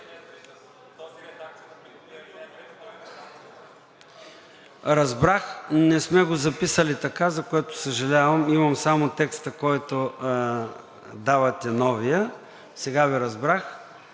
Разбрах. Не сме го записали така, за което, съжалявам. Имам само новия текст, който давате. (Реплики.) Сега Ви разбрах.